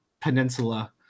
peninsula